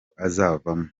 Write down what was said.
azavamo